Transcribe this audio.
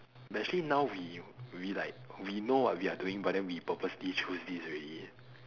but actually now we we like we know what we are doing but then we purposely choose this already